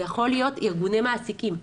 זה יכול להיות ארגוני מעסיקים,